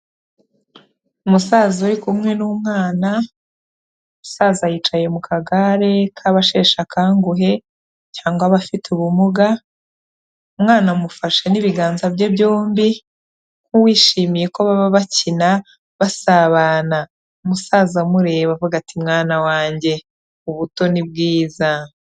Umusaza uri kumwe n'umwana, umusaza yicaye mu kagare k'abasheshe akanguhe, cyangwa abafite ubumuga, umwana amufashe n'ibiganza bye byombi, nk'uwishimiye ko baba bakina basabana. Umusaza amureba avuga ati: "Mwana wanjye, ubuto ni bwiza".